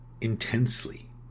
intensely